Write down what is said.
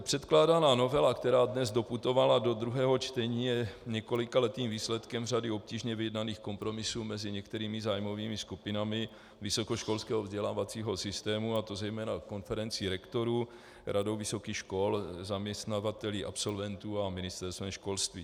Předkládaná novela, která dnes doputovala do druhého čtení, je několikaletým výsledkem řady obtížně vyjednaných kompromisů mezi některými zájmovými skupinami vysokoškolského vzdělávacího systému, a to zejména konferencí rektorů, radou vysokých škol, zaměstnavateli absolventů a Ministerstvem školství.